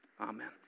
Amen